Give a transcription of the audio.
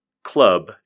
Club